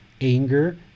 anger